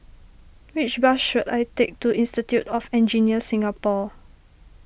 which bus should I take to Institute of Engineers Singapore